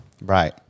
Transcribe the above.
Right